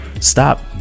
Stop